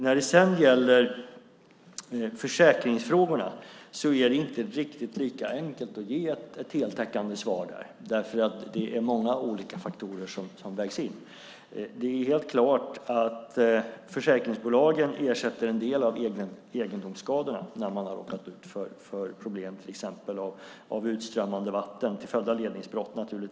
Vad beträffar försäkringsfrågorna är det inte riktigt lika enkelt att ge ett heltäckande svar. Det är nämligen många olika faktorer som måste vägas in. Helt klart ersätter försäkringsbolagen en del av egendomsskadorna när man råkat ut för problem i form av exempelvis utströmmande vatten till följd av ledningsbrott.